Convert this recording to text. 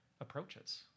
approaches